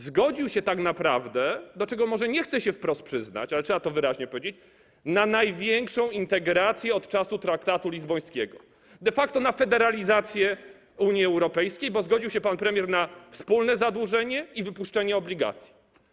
Zgodził się tak naprawdę - do czego może nie chce się wprost przyznać, ale trzeba to wyraźnie powiedzieć - na największą integrację od czasu traktatu lizbońskiego, de facto na federalizację Unii Europejskiej, bo zgodził się pan premier na wspólne zadłużenie i wypuszczenie obligacji.